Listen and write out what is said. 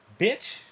Bitch